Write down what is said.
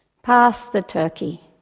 pass the turkey.